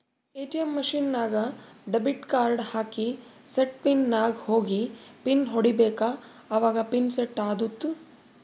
ATM machine ನಾಗ್ debit card ಹಾಕಿ set PIN ನಾಗ್ ಹೋಗಿ ಪಿನ್ ಹೊಡಿಬೇಕ ಅವಾಗ ಪಿನ್ ಸೆಟ್ ಆತ್ತುದ